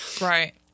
Right